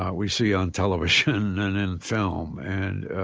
um we see on television and in film, and